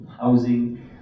housing